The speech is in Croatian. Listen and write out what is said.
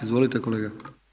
Izvolite kolega.